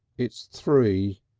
it's three.